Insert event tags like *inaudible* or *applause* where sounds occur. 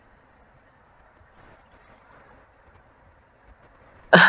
*breath*